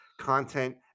content